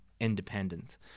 independent